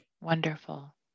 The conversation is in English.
Wonderful